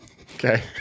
Okay